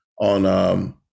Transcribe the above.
on